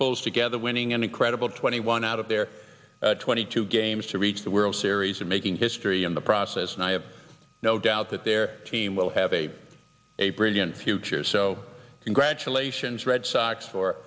pulls together winning an incredible twenty one out of their twenty two games to reach the world series of making history in the process and i have no doubt that their team will have a a brilliant future so congratulations red sox for